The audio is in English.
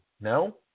No